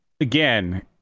again